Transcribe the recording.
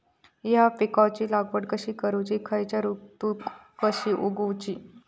हया बियाची लागवड कशी करूची खैयच्य ऋतुत कशी उगउची?